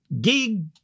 gig